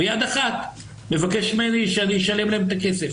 ויד אחת מבקשת ממני שאני אשלם להם את הכסף.